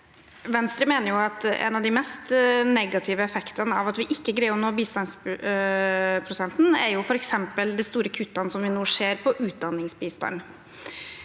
Venstre mener at en av de mest negative effektene av at vi ikke greier å nå bistandsprosenten, er f.eks. de store kuttene som vi nå ser i utdanningsbistanden.